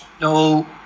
no